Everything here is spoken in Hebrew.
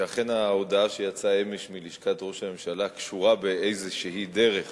שאכן ההודעה שיצאה אמש מלשכת ראש הממשלה קשורה באיזו דרך